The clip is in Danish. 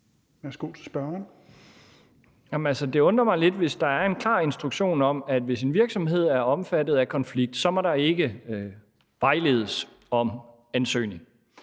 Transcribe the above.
Jamen altså, det undrer mig lidt, hvis der er en klar instruktion om, at hvis en virksomhed er omfattet af konflikt, må der ikke vejledes om ansøgning.